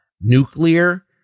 nuclear